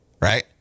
right